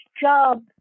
job